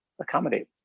accommodate